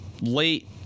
late